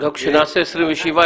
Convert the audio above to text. גם כשנעשה 27,